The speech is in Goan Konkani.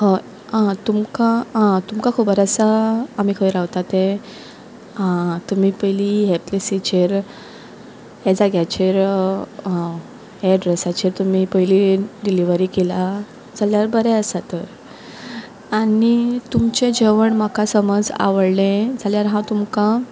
हय आं तुमकां आं तुमकां खबर आसा आमी खंय रावता तें हा तुमी पयलीं ह्या प्लेसीचेर ह्या जाग्याचेर आं ह्या एड्रेसाचेर तुमी पयलीं डिलीवरी केल्या जाल्या बरें आसा तर आनी तुमचें जेवण म्हाका समज आवडलें जाल्यार हांव तुमकां